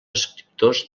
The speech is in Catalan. escriptors